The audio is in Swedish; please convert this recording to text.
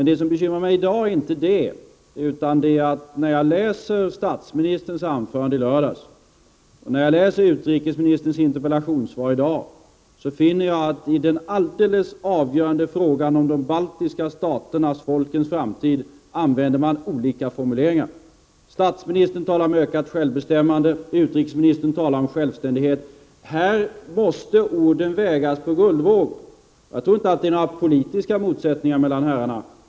Det som bekymrar mig i dag är inte det, utan det är att när jag läser statsministerns anförande från i lördags och utrikesministerns interpellationssvar i dag finner jag att de i den alldeles avgörande frågan om de baltiska folkens framtid använder olika formuleringar. Statsministern talar om ökat självbestämmande. Utrikesministern talar om självständighet. Här måste orden vägas på guldvåg. Jag tror inte att det är några politiska motsättningar mellan herrarna.